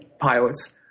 pilots